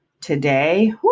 today